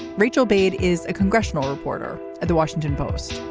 rachel baird is a congressional reporter at the washington post.